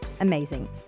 amazing